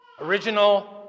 Original